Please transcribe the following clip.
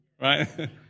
right